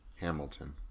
Hamilton